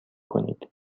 کنید